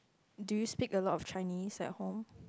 do you speak a lot of Chinese at home